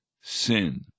sin